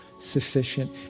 sufficient